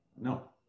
No